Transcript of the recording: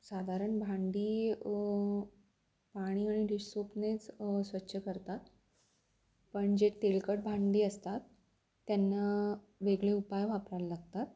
साधारण भांडी पाणी आणि डिश सोपनेच स्वच्छ करतात पण जे तेलकट भांडी असतात त्यांना वेगळे उपाय वापरायला लागतात